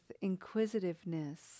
inquisitiveness